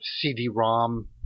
CD-ROM